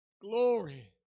Glory